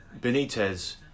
Benitez